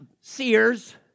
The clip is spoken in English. Sears